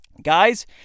Guys